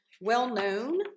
well-known